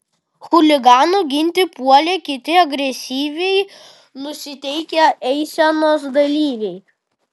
chuliganų ginti puolė kiti agresyviai nusiteikę eisenos dalyviai